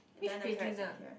then the carrots are here